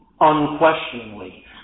unquestioningly